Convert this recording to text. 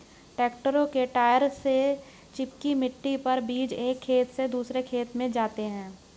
tractor के टायरों से चिपकी मिट्टी पर बीज एक खेत से दूसरे खेत में जाते है